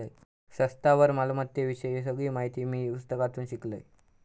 स्थावर मालमत्ते विषयी सगळी माहिती मी पुस्तकातून शिकलंय